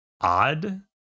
odd